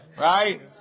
Right